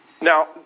Now